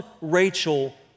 Rachel